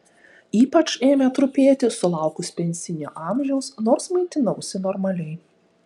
ypač ėmė trupėti sulaukus pensinio amžiaus nors maitinausi normaliai